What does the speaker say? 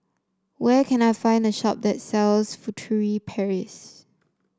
where can I find a shop that sells Furtere Paris